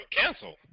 cancel